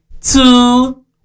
two